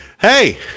Hey